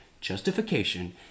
Justification